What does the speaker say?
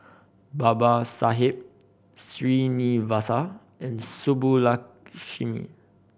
Babasaheb Srinivasa and Subbulakshmi